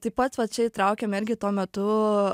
taip pat va čia įtraukiam irgi tuo metu